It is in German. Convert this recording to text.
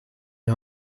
die